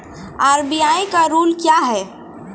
RBI का rule क्या हैं?